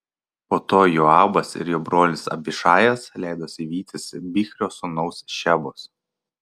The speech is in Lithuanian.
po to joabas ir jo brolis abišajas leidosi vytis bichrio sūnaus šebos